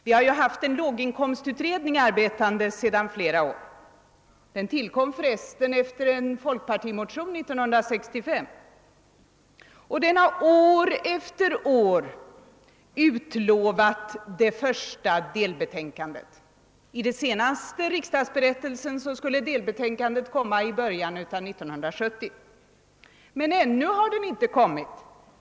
Vi har ju haft en låginkomstutredning arbetande i flera år. Den tillkom för resten efter en folkpartimotion 1965. Den har år efter år utlovat sitt första delbetänkande. Enligt den senaste riksdagsberättelsen skulle delbetänkandet komma i början av 1970. Men ännu har det inte kommit.